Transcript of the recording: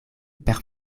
per